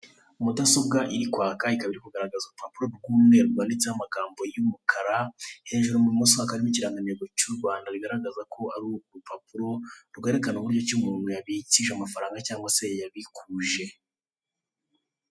Mudasobwa iri kwaka ikaba iri kugaragaza urupapuro rw'umweru rwanditseho amagambo y'umukara, hejuru ibumoso hakaba hariho ikirangantego cy'u Rwanda bigaragaza ko ar'urupapuro rwerekana uburyo ki umuntu yabikije amafaranga cyangwa se yayabikuje.